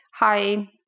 hi